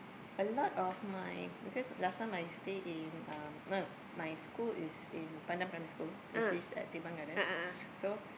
a lot of my because last time I stay in um no no my school is in Pandan-Primary-School it is at Teban-Gardens